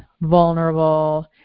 vulnerable